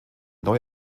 neu